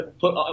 put